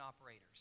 operators